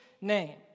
name